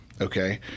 Okay